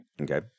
Okay